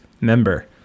member